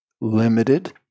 limited